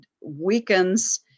weakens